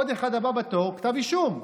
עוד אחד, הבא בתור, כתב אישום.